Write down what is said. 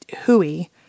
hooey